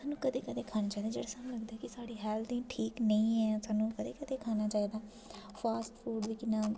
सानूं कदें कदें खाने चाहिदे जेह्ड़े सानूं लगदा कि साढ़ी हेल्थ लेई ठीक नेईं ऐ सानूं कदें कदें खाना चाहिदा फॉस्ट फूड बी कि'न्ना